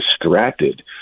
distracted